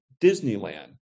Disneyland